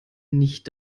nicht